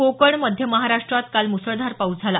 कोकण मध्य महाराष्ट्रात काल मुसळधार पाऊस झाला